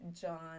John